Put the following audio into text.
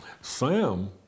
Sam